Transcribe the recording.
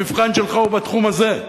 המבחן שלך הוא בתחום הזה.